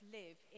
live